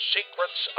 Secrets